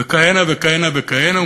וכהנה וכהנה וכהנה.